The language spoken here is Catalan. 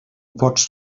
pots